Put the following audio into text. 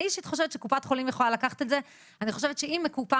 אני אישית חושבת שקופת החולים יכולה לקחת את זה ואני חושבת שאם קופת